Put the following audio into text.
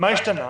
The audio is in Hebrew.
מה השתנתה?